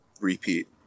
repeat